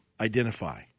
identify